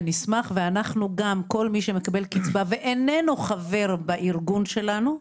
וגם כל מי שמקבל קצבה ואיננו חבר בארגון שלנו,